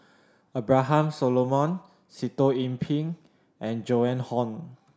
Abraham Solomon Sitoh Yih Pin and Joan Hon